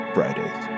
Friday's